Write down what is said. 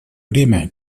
время